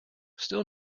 still